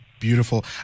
Beautiful